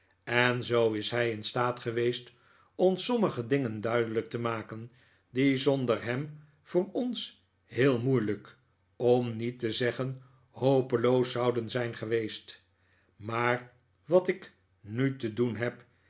en zoo is hij in staat geweest ons sommige dingen duidelijk te maken die zonder hem voor ons heel moeilijk om niet te zeggen hopeloos zouden zijn geweest maar wat ik nu te doen heb